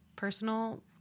personal